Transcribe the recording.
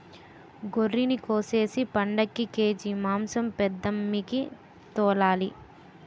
గొర్రినికోసేసి పండక్కి కేజి మాంసం పెద్దమ్మికి తోలాలి